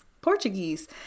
Portuguese